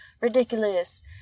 ridiculous